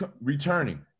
returning